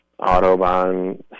Autobahn